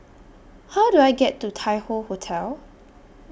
How Do I get to Tai Hoe Hotel